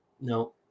No